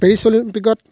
Paris অলিম্পিকত